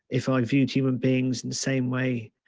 if i viewed human beings in the same way,